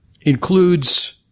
includes